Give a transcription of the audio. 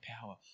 power